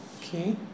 Okay